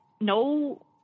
No